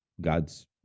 God's